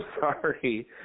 sorry